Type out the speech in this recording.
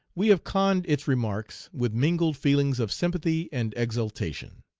we have conned its remarks with mingled feelings of sympathy and exultation.